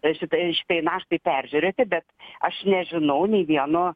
šitraio šitai naštai peržiūrėti bet aš nežinau nei vieno